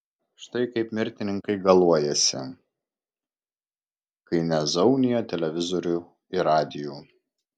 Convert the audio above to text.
štai kaip mirtininkai galuojasi kai nezaunija televizorių ir radijų